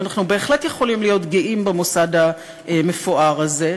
אבל אנחנו בהחלט יכולים להיות גאים במוסד המפואר הזה.